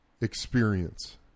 experience